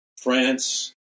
France